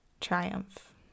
triumph